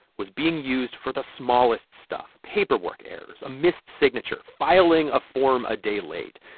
was being used for the smallest stuff paperwork errors, a missed signature, filing a form a day late.